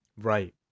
Right